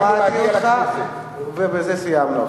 שמעתי אותך ובזה סיימנו.